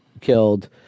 killed